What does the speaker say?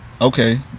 okay